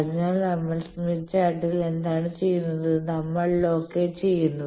അതിനാൽ നമ്മൾ സ്മിത്ത് ചാർട്ടിൽ എന്താണ് ചെയ്യുന്നത് നമ്മൾ ലോക്കേറ്റ് ചെയ്യുന്നു